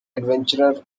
adventurer